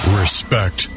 respect